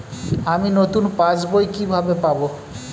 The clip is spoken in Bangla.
আমি নতুন পাস বই কিভাবে পাব?